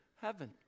heaven